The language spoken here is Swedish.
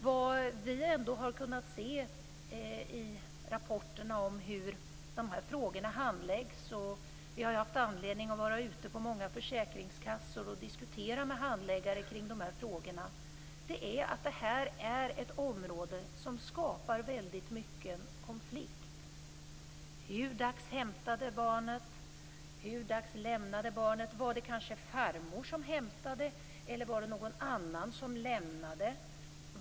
Vad vi ändå har kunnat se i rapporterna om hur de här frågorna handläggs - vi har haft anledning att vara ute på många försäkringskassor och diskutera de här frågorna med handläggare - är att det här är ett område där det skapas många konflikter. Det gäller t.ex.: Hur dags hämtades barnet? Hur dags lämnades barnet? Var det kanske farmor som hämtade? Var det någon annan som lämnade?